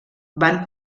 van